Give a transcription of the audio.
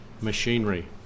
machinery